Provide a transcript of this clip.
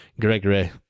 Gregory